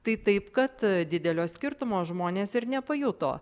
tai taip kad didelio skirtumo žmonės ir nepajuto